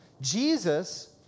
Jesus